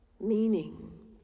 meaning